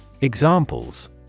Examples